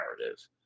narrative